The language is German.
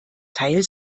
teil